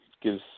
gives